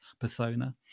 persona